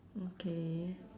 okay